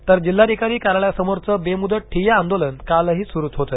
तर जिल्हाधिकारी कार्यालयासमोरचं बेमुदत ठिय्या आंदोलन कालही सुरुच होतं